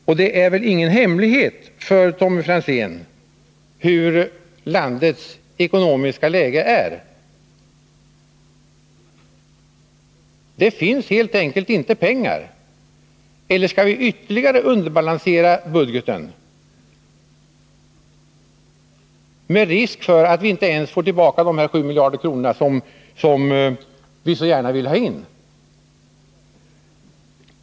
Och det är väl ingen hemlighet för Tommy Franzén hur landets ekonomiska läge är. Det finns helt enkelt inte pengar. Eller skall vi ytterligare underbalansera budgeten, med risk för att vi inte ens får tillbaka de 7 miljarder kronor som vi så gärna vill ha in?